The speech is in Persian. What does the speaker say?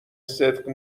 صدق